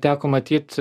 teko matyt